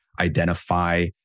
identify